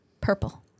purple